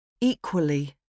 Equally